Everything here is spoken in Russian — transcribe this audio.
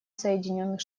соединенных